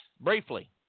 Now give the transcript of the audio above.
briefly